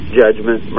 judgment